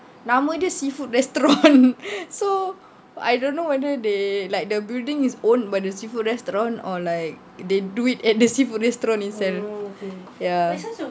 nama dia seafood restaurant so I don't know whether they like the building is owned by the seafood restaurant or like they do it at the seafood restaurant itself ya